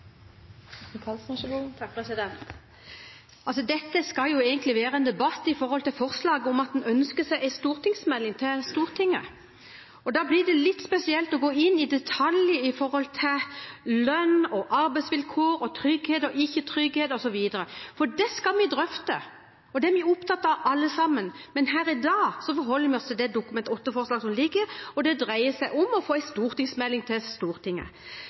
Dette skal egentlig være en debatt om forslaget om at en ønsker seg en melding til Stortinget. Da blir det litt spesielt å gå i detalj om lønn, arbeidsvilkår, trygghet og ikke trygghet osv., for det skal vi drøfte, og det er vi alle sammen opptatt av. I dag forholder vi oss til det Dokument 8-forslaget som foreligger, og det dreier seg om å få en melding til Stortinget.